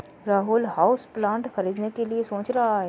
Rahul houseplant खरीदने की सोच रहा है